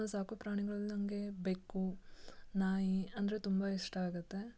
ಸಾಕುಪ್ರಾಣಿಗಳಲ್ಲಿ ನನಗೆ ಬೆಕ್ಕು ನಾಯಿ ಅಂದರೆ ತುಂಬ ಇಷ್ಟ ಆಗುತ್ತೆ